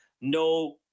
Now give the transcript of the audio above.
no